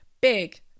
big